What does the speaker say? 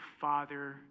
Father